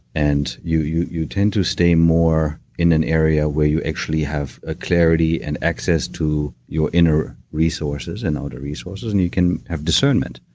and you you tend to stay more in an area where you actually have a clarity and access to your inner resources and outer resources, and you can have discernment.